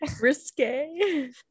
risque